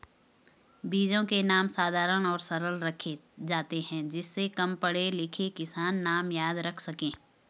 बीजों के नाम साधारण और सरल रखे जाते हैं जिससे कम पढ़े लिखे किसान नाम याद रख सके